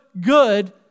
good